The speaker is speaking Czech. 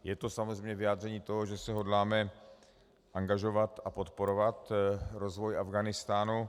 Je to samozřejmě vyjádření toho, že se hodláme angažovat a podporovat rozvoj Afghánistánu.